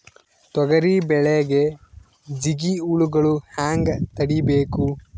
ತೊಗರಿ ಬೆಳೆಗೆ ಜಿಗಿ ಹುಳುಗಳು ಹ್ಯಾಂಗ್ ತಡೀಬೇಕು?